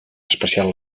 especial